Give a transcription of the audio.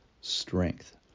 strength